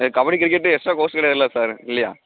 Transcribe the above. sir kabaddi cricket extra course கிடையாதுல்ல sir இல்லையா